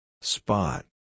Spot